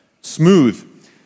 smooth